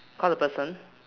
call the person